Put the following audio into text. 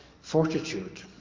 fortitude